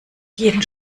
jeden